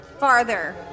Farther